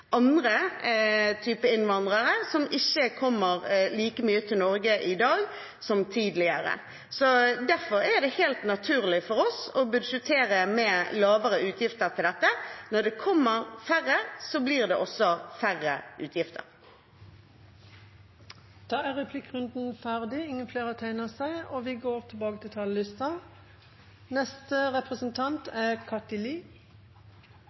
andre typer innvandrere som ikke kommer i like stor grad til Norge i dag som tidligere. Derfor er det helt naturlig for oss å budsjettere med lavere utgifter til dette. Når det kommer færre, blir det også færre utgifter. Replikkordskiftet er omme. Kampen mot fattigdom og økte forskjeller er vår hovedprioritering og